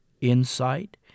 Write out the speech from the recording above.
Insight